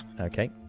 Okay